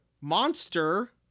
Monster